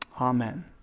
Amen